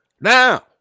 now